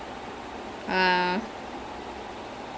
ya it's a damn nice song ya